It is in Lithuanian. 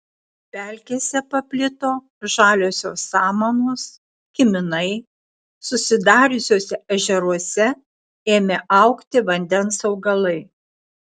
pelkėse paplito žaliosios samanos kiminai susidariusiuose ežeruose ėmė augti vandens augalai